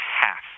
half